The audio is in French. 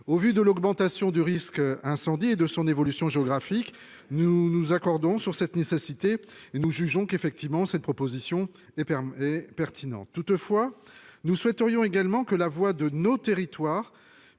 Au regard de l'augmentation du risque incendie et de son évolution géographique, nous nous accordons sur cette nécessité et nous jugeons cette proposition pertinente. Toutefois, nous souhaiterions que la voix de nos territoires